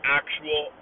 actual